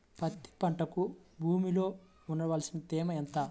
పత్తి పంటకు భూమిలో ఉండవలసిన తేమ ఎంత?